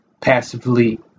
passively